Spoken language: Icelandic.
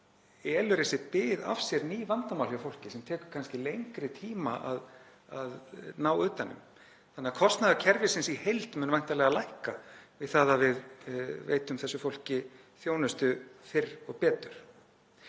þá elur þessi bið af sér ný vandamál hjá fólki sem tekur kannski lengri tíma að ná utan um. Því mun kostnaður kerfisins í heild væntanlega lækka við það að veita þessu fólki þjónustu fyrr og betur.